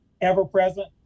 ever-present